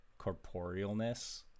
corporealness